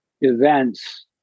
events